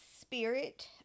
spirit